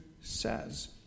says